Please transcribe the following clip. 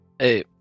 Hey